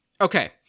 okay